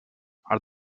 are